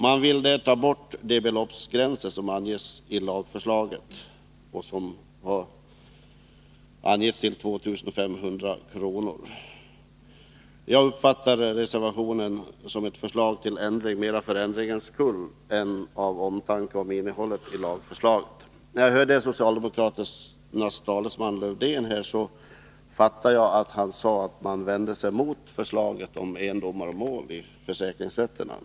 Man vill där ta bort den beloppsgräns som anges i lagförslaget och som har satts till 2 500 kr. Jag uppfattar reservationen som ett förslag till ändring mera för ändringens skull än av omtanke om innehållet i lagförslaget. När jag hörde socialdemokraternas talesman Lars-Erik Lövdén fattade jag att socialdemokraterna vänder sig mot förslaget om endomarmål i försäkringsrätterna.